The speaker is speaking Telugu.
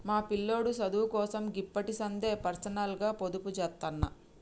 మా పిల్లోడి సదువుకోసం గిప్పడిసందే పర్సనల్గ పొదుపుజేత్తన్న